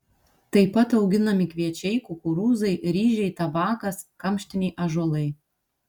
tai pat auginami kviečiai kukurūzai ryžiai tabakas kamštiniai ąžuolai